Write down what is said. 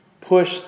push